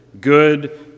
good